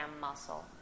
muscle